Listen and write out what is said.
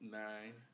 nine